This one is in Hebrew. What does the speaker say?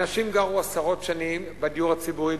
אנשים גרו עשרות שנים בדיור הציבורי,